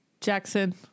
Jackson